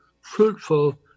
fruitful